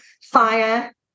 fire